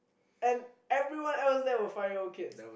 and everyone else there were five year old kids